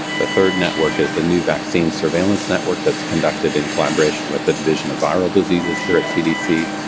the third network is the new vaccine surveillance network that's conducted in collaboration with the division of viral diseases here at cdc,